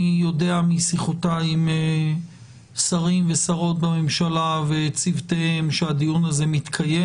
אני יודע משיחותיי עם שרים ושרות בממשלה וצוותיהם שהדיון הזה מתקיים.